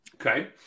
Okay